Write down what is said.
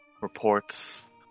Reports